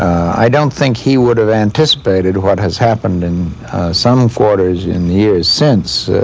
i don't think he would've anticipated what has happened in some quarters in years since,